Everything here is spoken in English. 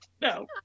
No